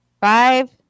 Five